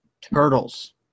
Turtles